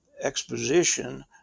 exposition